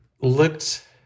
looked